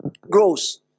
grows